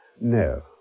No